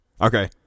Okay